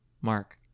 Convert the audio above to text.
mark